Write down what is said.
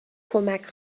کمک